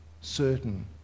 certain